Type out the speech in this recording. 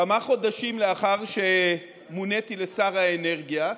כמה חודשים לאחר שמוניתי לשר האנרגיה,